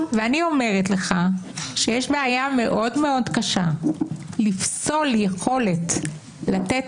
ואני אומרת לך שיש בעיה מאוד מאוד קשה לפסול יכולת לתת